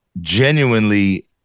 genuinely